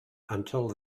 until